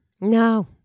No